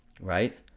right